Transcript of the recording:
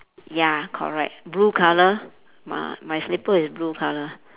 ya correct blue colour my my slipper is blue colour